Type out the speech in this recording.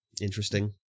interesting